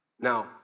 Now